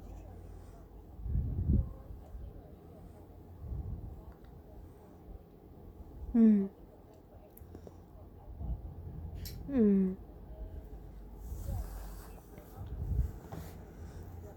mm mm